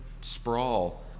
sprawl